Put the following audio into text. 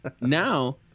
now